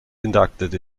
inducted